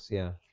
yeah.